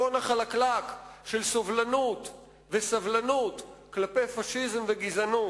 אפשר למנוע את המדרון החלקלק של סובלנות וסבלנות כלפי פאשיזם וגזענות.